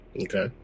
Okay